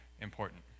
important